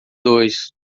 dois